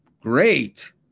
great